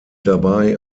dabei